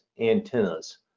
antennas